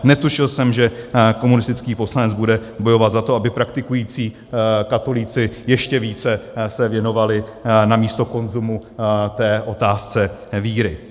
Netušil jsem, že komunistický poslanec bude bojovat za to, aby se praktikující katolíci ještě více věnovali namísto konzumu té otázce víry.